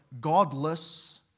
godless